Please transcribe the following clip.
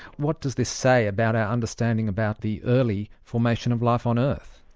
what does this say about our understanding about the early formation of life on earth?